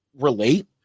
relate